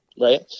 right